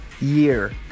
year